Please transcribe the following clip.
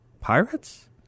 Pirates